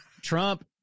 Trump